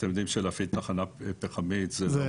ואתם יודעים שלהפעיל תחנה פחמית זה לא